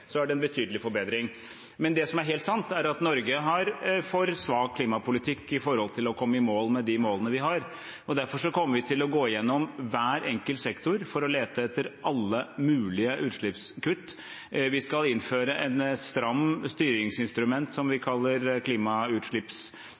er det en betydelig forbedring. Det som er helt sant, er at Norge har en for svak klimapolitikk for å komme i mål med de målene vi har. Derfor kommer vi til å gå gjennom hver enkelt sektor for å lete etter alle mulige utslippskutt. Vi skal innføre et stramt styringsinstrument, som vi kaller klimautslippsbudsjett eller karbonbudsjett, hvor vi skal sette oss mål for hvor store utslipp vi